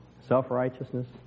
self-righteousness